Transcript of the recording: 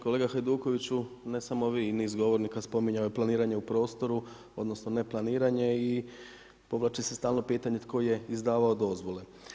Kolega Hajdukoviću, ne samo vi i niz govornika spominjao je planiranje u prostoru, odnosno neplaniranje i povlači se stalno pitanje tko je izdavao dozvole.